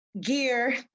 gear